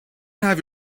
have